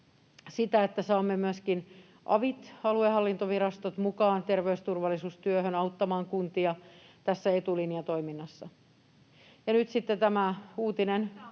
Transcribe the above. sitä, että saamme myöskin avit, aluehallintovirastot, mukaan terveysturvallisuustyöhön auttamaan kuntia tässä etulinjatoiminnassa. Ja nyt sitten tämä uutinen,